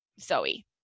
Zoe